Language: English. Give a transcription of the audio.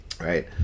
Right